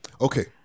Okay